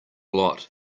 lot